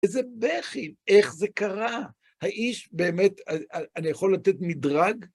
איזה בכי! איך זה קרה?! האיש באמת... אני יכול לתת מדרג?